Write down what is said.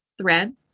thread